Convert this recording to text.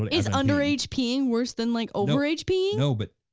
is underage peeing worse than like over age peeing. no but,